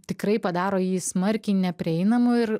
tikrai padaro jį smarkiai neprieinamu ir